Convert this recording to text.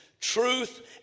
Truth